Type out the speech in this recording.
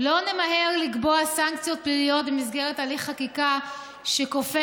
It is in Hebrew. לא נמהר לקבוע סנקציות פליליות במסגרת הליך חקיקה שכופה